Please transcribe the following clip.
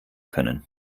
können